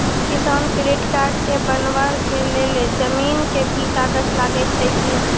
किसान credit card बनबा के लेल जमीन के भी कागज लागै छै कि?